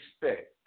respect